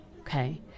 okay